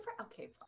okay